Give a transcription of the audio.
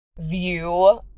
view